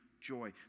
joy